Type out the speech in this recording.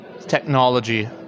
technology